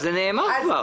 זה נאמר כבר.